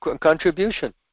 contribution